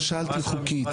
לא שאלתי חוקית.